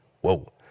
Whoa